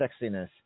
Sexiness